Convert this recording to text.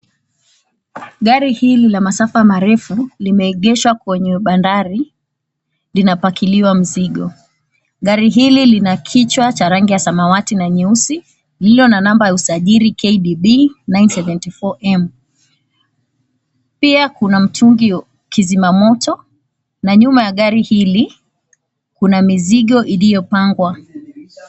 Gari hili la masafa marefu limeegeshwa kwenye bandari linapakiliwa mzigo. Gari hili lina kichwa cha rangi ya samawati na nyeusi, lililo na namba ya usajili, KDD 974M. Pia kuna mtungi kizima moto, na nyuma ya gari hili kuna mizigo iliyopangwa.